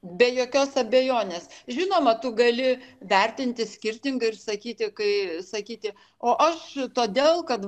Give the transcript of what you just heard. be jokios abejonės žinoma tu gali vertinti skirtingai ir sakyti kai sakyti o aš todėl kad